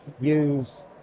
use